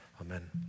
Amen